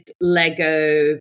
Lego